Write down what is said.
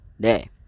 day